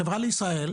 החברה לישראל,